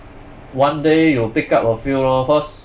one day you pick up a few lor cause